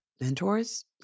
mentors